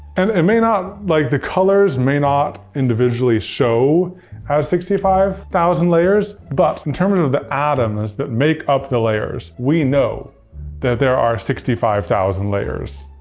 and i mean um like the colors may not individually show as sixty five thousand layers, but in terms of the atoms that make up the layers, we know that there are sixty five thousand layers.